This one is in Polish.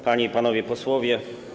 Panie i Panowie Posłowie!